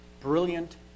brilliant